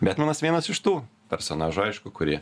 betmenas vienas iš tų personažų aišku kurie